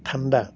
ঠণ্ডা